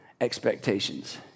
expectations